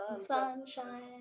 sunshine